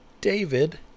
David